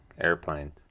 airplanes